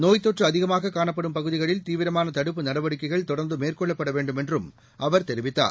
நோய்த் தொற்று அதிகமாக காணப்படும் பகுதிகளில் தீவிரமான தடுப்பு நடவடிக்கைகள் தொடர்ந்து மேற்கொள்ளப்பட வேண்டும் என்றும் அவர் தெரிவித்தார்